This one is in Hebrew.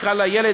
יקרא לילד,